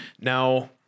Now